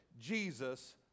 Jesus